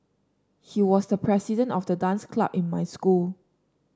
he was the president of the dance club in my school